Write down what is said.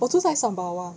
我住在 sembawang